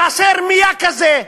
במעשה רמייה כזה.